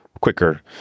quicker